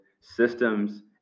systems